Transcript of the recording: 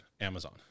Amazon